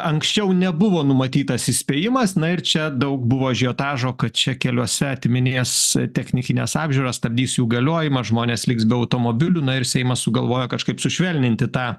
anksčiau nebuvo numatytas įspėjimas na ir čia daug buvo ažiotažo kad čia keliose atiminės technikinės apžiūras stabdys jų galiojimą žmonės liks be automobilių na ir seimas sugalvojo kažkaip sušvelninti tą